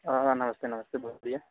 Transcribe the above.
ہاں ہاں نمستے نمستے بولیے